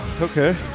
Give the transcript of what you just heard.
Okay